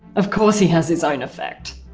of course he has his own effect.